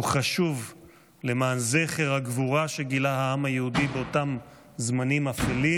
הוא חשוב למען זכר הגבורה שגילה העם היהודי באותם זמנים אפלים.